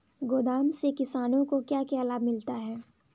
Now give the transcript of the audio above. गोदाम से किसानों को क्या क्या लाभ मिलता है?